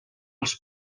els